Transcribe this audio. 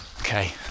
Okay